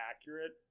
accurate